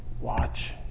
watch